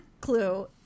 clue